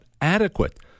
adequate